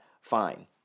fine